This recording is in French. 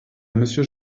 monsieur